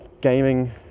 gaming